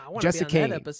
Jessica